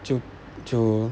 jiu jiu